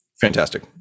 Fantastic